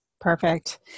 Perfect